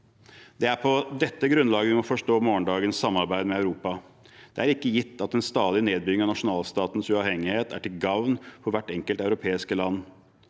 Det er på dette grunnlaget vi må forstå morgendagens samarbeid med Europa. Det er ikke gitt at en stadig nedbygging av nasjonalstatens uavhengighet er til gagn for hvert enkelt europeiske land.